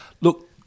Look